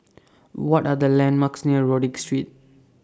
What Are The landmarks near Rodyk Street